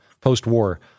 post-war